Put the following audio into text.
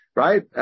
right